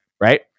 right